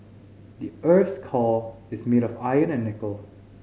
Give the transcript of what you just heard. the earth's core is made of iron and nickel